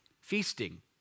feasting